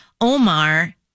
Omar